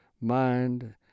mind